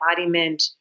embodiment